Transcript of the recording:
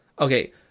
Okay